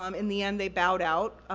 um in the end they bowed out,